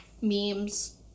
memes